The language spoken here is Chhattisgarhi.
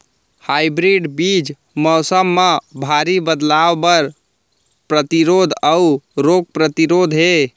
हाइब्रिड बीज मौसम मा भारी बदलाव बर परतिरोधी अऊ रोग परतिरोधी हे